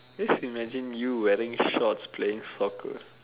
just imagine you wearing shorts playing soccer